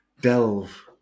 Delve